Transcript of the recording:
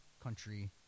country